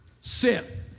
sit